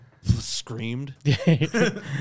screamed